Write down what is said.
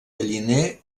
galliner